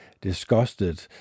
disgusted